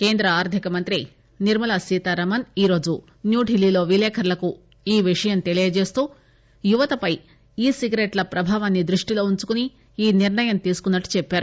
కేంద్ర ఆర్దిక మంత్రి నిర్మలా సీతారామన్ ఈరోజు న్యూఢిల్లీలో విలేకర్లకు ఈ విషయం తెలియజేస్తూ యువతపై ఈ సిగరెట్ల ప్రభావాన్సి దృష్టిలో ఉంచుకొని ఈ నిర్ణయం తీసుకున్నట్లు చెప్పారు